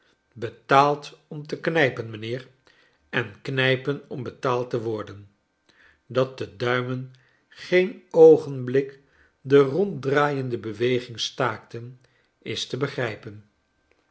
betaald om te knijpen mijnheer en knijpen om betaald te worden dat de duimen geen oogenblik de ronddraaien de beweging staakten is te begrijpen